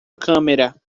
câmera